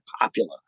popular